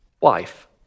wife